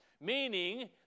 meaning